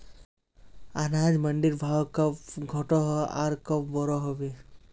अनाज मंडीर भाव कब घटोहो आर कब बढ़ो होबे?